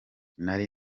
nari